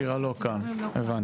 שירה לא כאן, הבנתי.